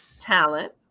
talent